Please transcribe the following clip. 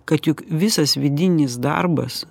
kad juk visas vidinis darbas